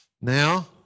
Now